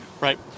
Right